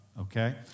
okay